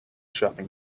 shopping